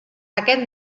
aquest